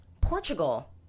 Portugal